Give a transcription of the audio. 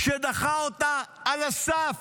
והוא דחה אותו על הסף.